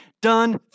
done